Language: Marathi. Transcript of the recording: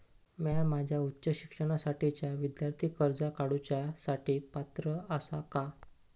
म्या माझ्या उच्च शिक्षणासाठीच्या विद्यार्थी कर्जा काडुच्या साठी पात्र आसा का?